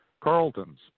Carlton's